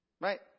Right